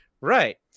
Right